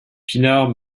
pinard